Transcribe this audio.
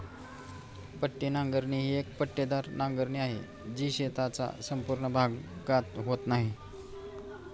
पट्टी नांगरणी ही एक पट्टेदार नांगरणी आहे, जी शेताचा संपूर्ण भागात होत नाही